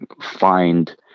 find